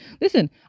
Listen